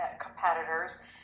competitors